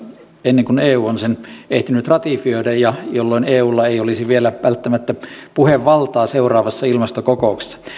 ennen kuin eu on sen ehtinyt ratifioida jolloin eulla ei olisi vielä välttämättä puhevaltaa seuraavassa ilmastokokouksessa